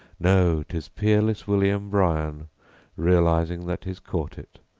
no, tis peerless william bryan realizing that he's caught it,